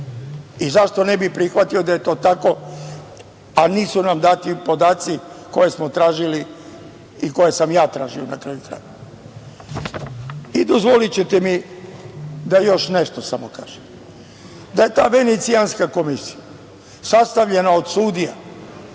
i zašto ne bi prihvatio da je to tako, a nisu nam dati podaci koje smo tražili i koje sam ja tražio na kraju krajeva. Dozvolićete mi da još nešto samo kažem, da je ta Venecijanska komisija sastavljena od sudija